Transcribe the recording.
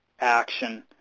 action